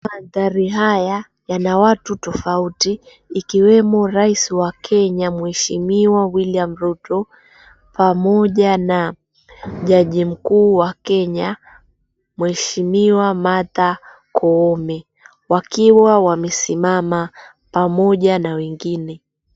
Maandhari haya yana watu tofauti ikiwemo rais wa kenya mheshimiwa William Ruto pamoja na jaji mkuu wa kenya mheshimiwa Martha Koome wakiwa wamesimama pamoja na wengine.